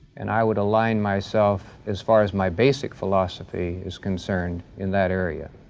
and i would align myself, as far as my basic philosophy is concerned, in that area.